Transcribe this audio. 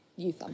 youth